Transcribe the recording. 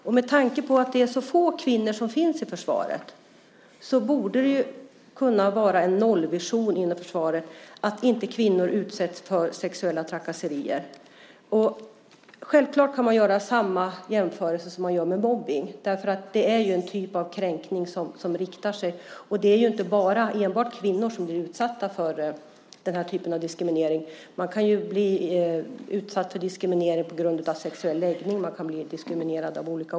Och med tanke på att så få kvinnor finns i försvaret borde det kunna vara en nollvision inom försvaret att kvinnor inte utsätts för sexuella trakasserier. Självklart kan man göra en jämförelse med mobbning eftersom detta är en typ av kränkning. Och det är inte enbart kvinnor som blir utsatta för denna typ av diskriminering. Man kan bli utsatt för diskriminering på grund av sexuell läggning och annat.